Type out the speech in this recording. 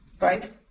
right